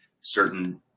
Certain